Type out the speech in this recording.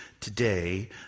today